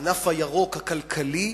הענף הירוק הכלכלי,